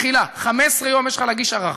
מחילה, 15 יום יש לך להגיש ערר.